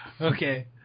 Okay